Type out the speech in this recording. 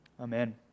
Amen